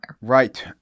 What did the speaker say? Right